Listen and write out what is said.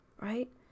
right